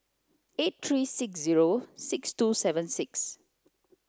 eight three six zero six two seven six